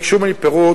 ביקשו ממני פירוט